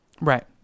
Right